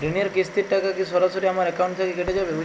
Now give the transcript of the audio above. ঋণের কিস্তির টাকা কি সরাসরি আমার অ্যাকাউন্ট থেকে কেটে যাবে?